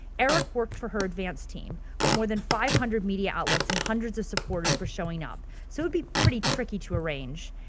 eric worked for her advanced team, but more than five hundred media outlets and hundreds of supporters were showing up so it would be pretty tricky to arrange.